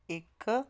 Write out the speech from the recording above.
ਇੱਕ